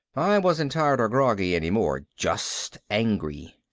i wasn't tired or groggy any more. just angry.